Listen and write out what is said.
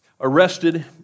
arrested